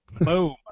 boom